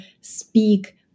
speak